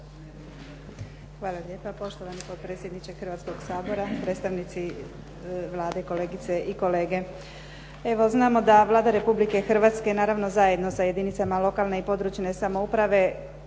Hvala lijepa. Poštovani potpredsjedniče Hrvatskoga sabora, predstavnici Vlade, kolegice i kolege. Evo, znamo da Vlada Republike Hrvatske naravno zajedno sa jedinicama lokalne i područne samouprave